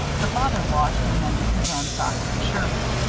her father washed and mended his own socks and shirts.